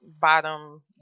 bottom